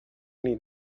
need